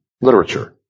literature